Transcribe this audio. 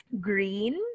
green